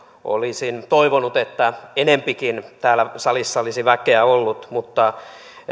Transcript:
olisin toivonut että enempikin täällä salissa olisi väkeä ollut mutta